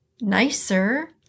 nicer